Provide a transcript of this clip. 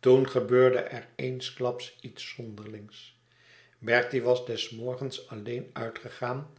toen gebeurde er eensklaps iets zonderlings bertie was des morgens alleen uitgegaan